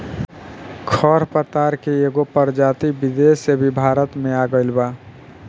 खर पतवार के कएगो प्रजाति विदेश से भी भारत मे आ गइल बा